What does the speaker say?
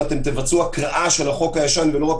אם תבצעו הקראה של החוק הישן ולא רק